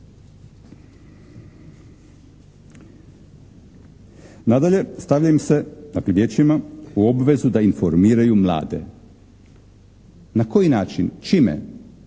Nadalje stavlja im se, dakle vijećima, u obvezu da informiraju mlade. Na koji način? Čime?